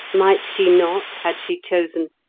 might she not, had she chosen,